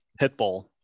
Pitbull